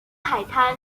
海滩